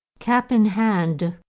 cap in hand,